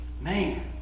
Man